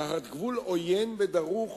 תחת גבול עוין ודרוך